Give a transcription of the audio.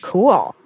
Cool